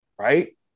Right